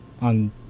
On